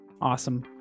Awesome